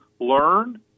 learn